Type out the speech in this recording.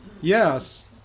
Yes